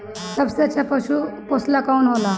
सबसे अच्छा पशु पोसेला कौन होला?